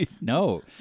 No